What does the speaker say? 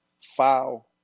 foul